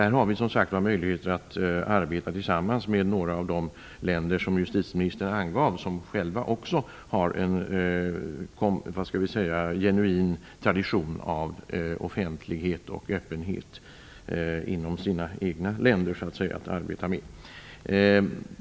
Där har vi som sagt möjligheter att arbeta tillsammans med några av de länder som justitieministern nämnde och som själva också har en genuin tradition av offentlighet och öppenhet inom sina egna länder.